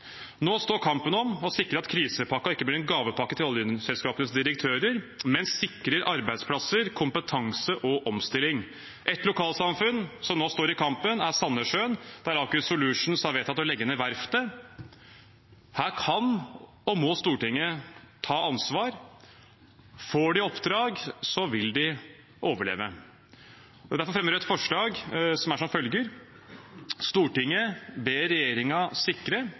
Nå står kampen om å sikre at krisepakken ikke blir en gavepakke til oljeselskapenes direktører, men sikrer arbeidsplasser, kompetanse og omstilling. Et lokalsamfunn som nå står i kampen, er Sandnessjøen, der Aker Solutions har vedtatt å legge ned verftet. Her kan og må Stortinget ta ansvar. Får de oppdrag, vil de overleve. Derfor fremmer Rødt følgende forslag: